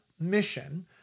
mission